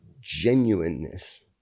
genuineness